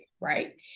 right